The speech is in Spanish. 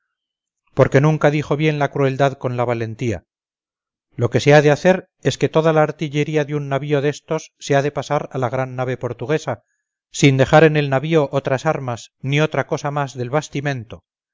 porque nunca dijo bien la crueldad con la valentía lo que se ha de hacer es que toda la artillería de un navío destos se ha de pasar a la gran nave portuguesa sin dejar en el navío otras armas ni otra cosa más del bastimento